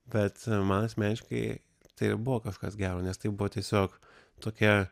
bet man asmeniškai tai ir buvo kažkas gero nes tai buvo tiesiog tokia